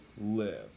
live